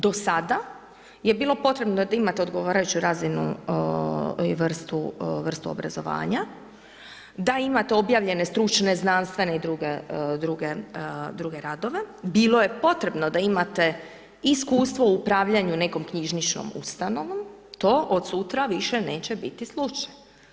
Do sada je bilo potrebno da imate odgovarajuću razinu i vrstu obrazovanja, da imate objavljene stručne, znanstvene i druge radove, bilo je potrebno da imate iskustvo u upravljanju nekom knjižničnom ustanovom, to od sutra više neće biti slučaj.